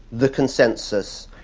the consensus,